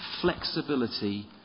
flexibility